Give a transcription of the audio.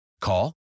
Call